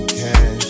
cash